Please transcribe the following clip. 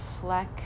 fleck